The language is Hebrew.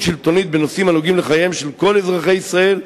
שלטונית בנושאים הנוגעים לחייהם של כל אזרחי ישראל,